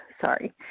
Sorry